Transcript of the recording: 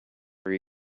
are